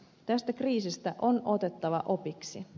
tästä kriisistä on otettava opiksi